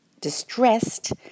distressed